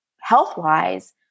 health-wise